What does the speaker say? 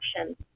action